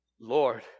Lord